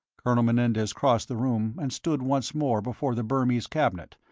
colonel menendez crossed the room and stood once more before the burmese cabinet,